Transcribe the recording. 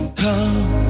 come